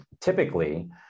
typically